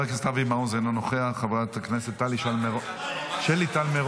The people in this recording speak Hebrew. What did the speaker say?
לא דיברת על יאיר נתניהו, אתה תקבל משרה